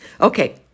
Okay